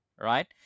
right